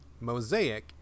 Mosaic